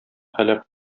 һәлак